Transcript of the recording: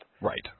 Right